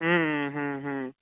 হুম হুম হুম হুম